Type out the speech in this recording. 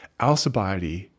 Alcibiades